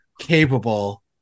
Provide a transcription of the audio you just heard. capable